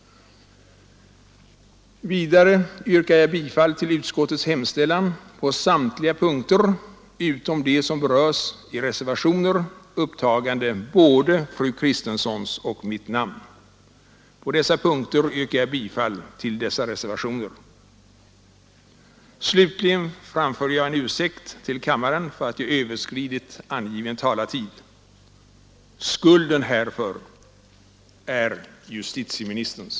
Vidare yrkar jag bifall till utskottets hemställan på samtliga punkter utom de som berörs i reservationer upptagande både fru Kristenssons och mitt namn. På dessa punkter yrkar jag bifall till reservationerna. Slutligen framför jag en ursäkt till kammaren för att jag överskridit angiven talartid. Skulden härför är justitieministerns.